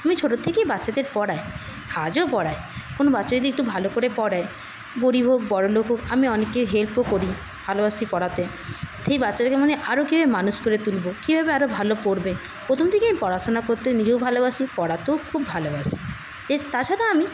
আমি ছোট থেকেই বাচ্চাদের পড়াই আজও পড়াই কোনও বাচ্চা যদি একটু ভালো করে পড়ে গরিব হোক বড়লোক হোক আমি অনেকের হেল্পও করি ভালোবাসি পড়াতে সেই বাচ্চাদেরকে মানে আরও কীভাবে মানুষ করে তুলবো কীভাবে আরও ভালো পড়বে প্রথম থেকেই পড়াশোনা করতে নিজেও ভালোবাসি পড়াতেও খুব ভালোবাসি এস তাছাড়া আমি